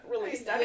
released